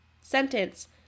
sentence